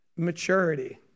Maturity